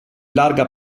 larga